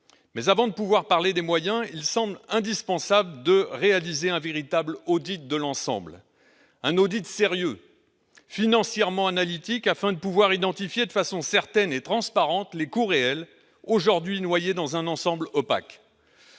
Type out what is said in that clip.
avant de parler des moyens, il semble indispensable de réaliser un véritable audit de l'ensemble, un audit sérieux, financièrement analytique, afin de pouvoir identifier de façon certaine et transparente les coûts réels, aujourd'hui noyés dans un ensemble opaque.